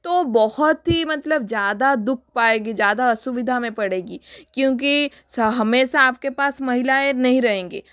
तो बहुत ही मतलब ज़्यादा दुःख पाएंगे ज़्यादा असुविधा में पड़ेगी क्योंकि सा हमेशा आपके पास महिलाएँ नही रहेंगी